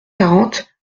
quarante